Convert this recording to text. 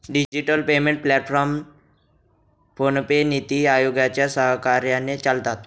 digital payment platform PhonePe, NITI आयोगाच्या सहकार्याने चालतात